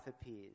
appears